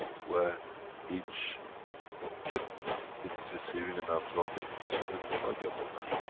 where each tip is receiving and absorbing, so is the body of the man.